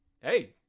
Hey